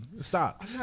stop